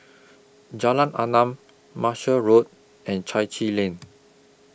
Jalan Enam Marshall Road and Chai Chee Lane